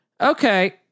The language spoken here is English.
okay